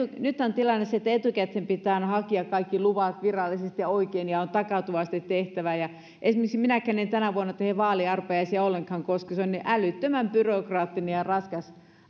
tilanne se että etukäteen pitää aina hakea kaikki luvat virallisesti ja oikein ja on tilitykset tehtävä esimerkiksi minäkään en tänä vuonna tee vaaliarpajaisia ollenkaan koska se on niin älyttömän byrokraattinen ja